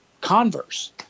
Converse